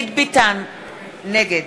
נגד